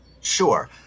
Sure